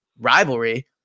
rivalry